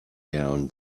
down